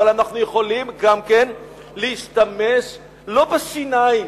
אבל אנחנו יכולים גם כן להשתמש לא בשיניים,